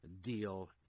deal